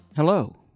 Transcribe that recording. Hello